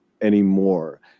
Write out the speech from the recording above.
anymore